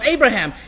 Abraham